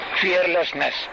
Fearlessness